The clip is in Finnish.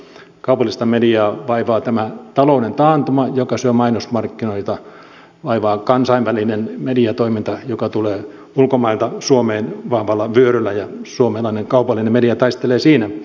kaupallista mediaa vaivaa tämä talouden taantuma joka syö mainosmarkkinoita vaivaa kansainvälinen mediatoiminta joka tulee ulkomailta suomeen vahvalla vyöryllä ja suomalainen kaupallinen media taistelee siinä